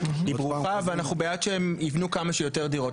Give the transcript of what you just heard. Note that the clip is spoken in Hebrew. היא ברוכה ואנחנו בעד שהם יבנו כמה שיותר דירות,